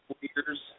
years